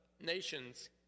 nations